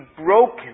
broken